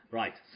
right